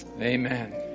Amen